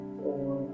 four